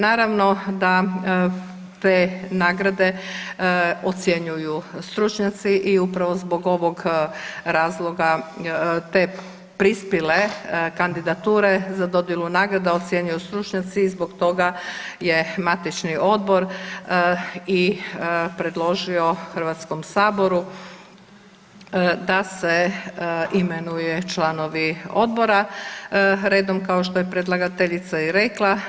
Naravno da te nagrade ocjenjuju stručnjaci i upravo zbog ovog razloga te prispjele kandidature za dodjelu nagradu ocjenjuju stručnjaci i zbog toga je matični odbor i predložio Hrvatskom saboru da se imenuju članovi odbora redom kao što je i predlagateljica rekla.